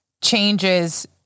changes